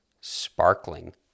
sparkling